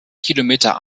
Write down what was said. kilometer